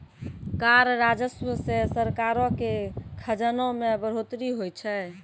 कर राजस्व से सरकारो के खजाना मे बढ़ोतरी होय छै